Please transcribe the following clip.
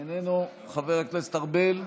איננו, חבר הכנסת ארבל,